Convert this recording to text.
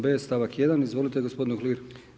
B stavak 1, izvolite gospodine Uhlir.